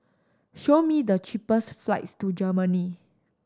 show me the cheapest flights to Germany